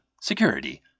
Security